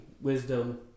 wisdom